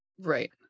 right